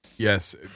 Yes